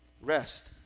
Rest